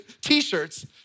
t-shirts